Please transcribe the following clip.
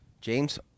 James